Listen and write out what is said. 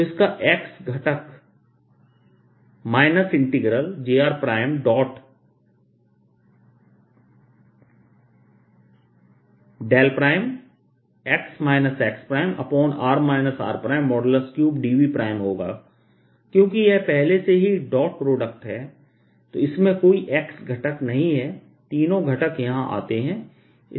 तो इसका x घटक jrx xr r3dV होगा क्योंकि यह पहले से ही एक डॉट प्रोडक्ट है तो इसमें कोई एक्स घटक नहीं है तीनों घटक यहां आते हैं